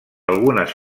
algunes